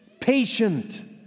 patient